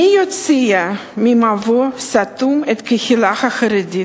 מי יוציא ממבוא סתום את הקהילה החרדית,